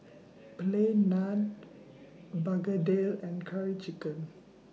Plain Naan Begedil and Curry Chicken